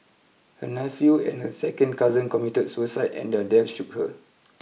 her nephew and a second cousin committed suicide and their deaths shook her